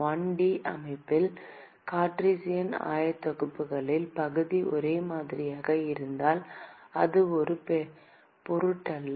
1 D அமைப்பில் Cartesian ஆயத்தொகுப்புகளில் பகுதி ஒரே மாதிரியாக இருந்ததால் அது ஒரு பொருட்டல்ல